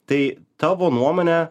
tai tavo nuomone